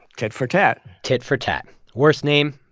tit for tat tit for tat worst name,